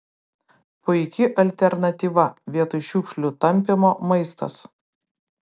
puiki alternatyva vietoj šiukšlių tampymo maistas